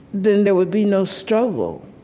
then there would be no struggle